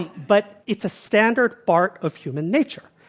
but it's a standard part of human nature.